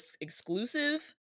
exclusive